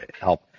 help